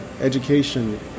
education